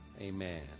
Amen